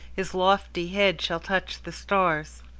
his lofty head shall touch the stars.